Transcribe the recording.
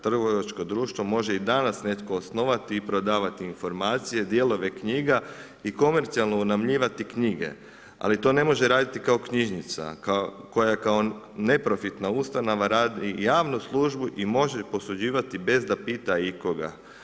Trgovačko društvo može i danas netko osnovati i prodavati informacije, dijelove knjiga i komercijalno unajmljivati knjige ali to ne može raditi kao knjižnica koja kao neprofitna ustanova radi javnu službu i može posuđivati bez da pita ikoga.